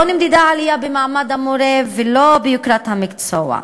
לא נמדדה עלייה במעמד המורה ולא ביוקרת המקצוע,